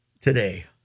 today